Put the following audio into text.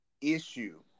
issue